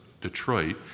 Detroit